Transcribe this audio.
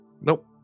Nope